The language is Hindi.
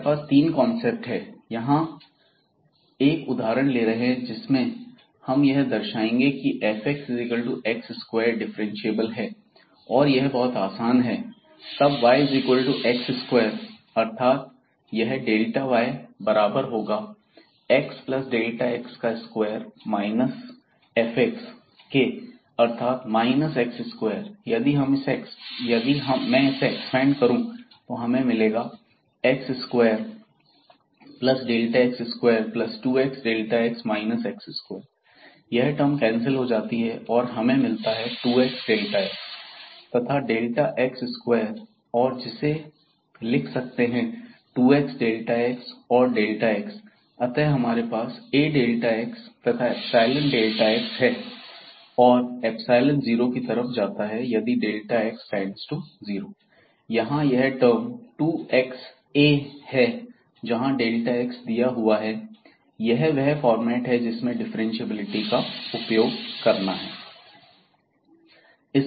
हमारे पास 3 कांसेप्ट हैं यहां एक उदाहरण ले रहे हैं जिसने हम यह दर्शा देंगे की fx2 डिफ्रेंशिएबल है और यह बहुत आसान है तबyx2 अर्थात यह yबराबर होगा xx2 fxके अर्थात x2 यदि में इसे एक्सपेंड करूं तो हमें मिलेगा x2x22xx x2 यह टर्म कैंसिल हो जाती है और हमें मिलता है 2xx तथा x2 और जिसे लिख सकते हैं 2xxऔरx अतः हमारे पास Axतथा xहै और जीरो की तरफ जाता है यदि x→0यहां यह टर्म2xA है जहां x दिया हुआ है यह वह फॉर्मेट है जिसमें डिफ्रेंशिएबिलिटी का उपयोग करना है